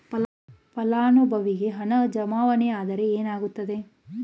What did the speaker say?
ಫಲಾನುಭವಿಗೆ ಹಣವು ಜಮಾವಣೆ ಆಗದಿದ್ದರೆ ಏನಾಗುತ್ತದೆ?